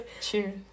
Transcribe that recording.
Cheers